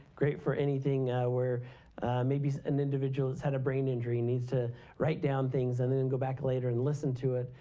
great for anything. maybe an individual has had a brain injury and needs to write down things. and then go back later and listen to it,